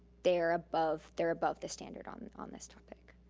they're above they're above the standard on on this topic.